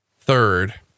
third